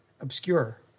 obscure